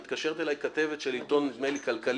מתקשרת אליי כתבת של עיתון, נדמה לי כלכליסט,